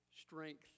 strength